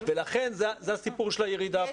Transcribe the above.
ולכן זה הסיפור של הירידה פה.